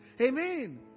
Amen